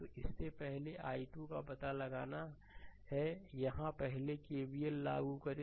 तो इस में पहले i2 का पता लगाना है यहाँ पहले केवीएल लागू करें